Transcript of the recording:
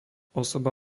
osoba